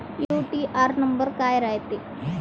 UTR number काय रायते?